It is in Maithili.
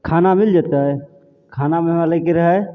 खाना मिलि जेतै खानामे हमरा लैके रहै